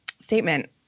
statement